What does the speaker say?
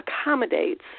accommodates